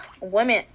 women